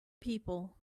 people